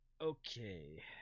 Okay